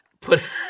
put